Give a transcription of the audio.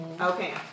Okay